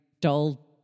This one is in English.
dull